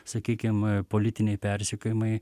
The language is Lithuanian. sakykim politiniai persekiojimai